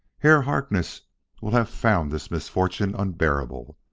herr harkness will have found this misfortune unbearable.